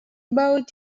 boat